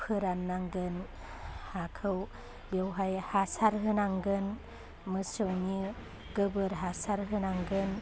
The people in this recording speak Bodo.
फोराननांगोन हाखौ बेवहाय हासार होनांगोन मोसौनि गोबोर हासार होनांगोन